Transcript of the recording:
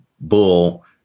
bull